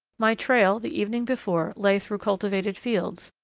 my trail the evening before lay through cultivated fields,